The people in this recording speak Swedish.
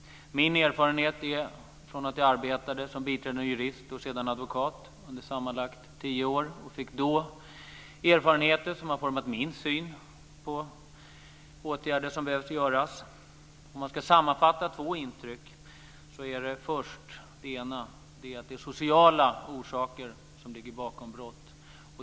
Min erfarenhet är från det att jag arbetade som biträdande jurist och sedan advokat under sammanlagt tio år. Jag fick då erfarenheter som har format min syn på åtgärder som behöver vidtas. Om jag ska sammanfatta två intryck är det ena att det är sociala orsaker som ligger bakom brott.